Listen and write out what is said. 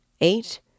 Eight